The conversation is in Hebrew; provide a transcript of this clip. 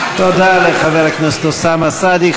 תודה לחבר הכנסת אוסאמה סעדי.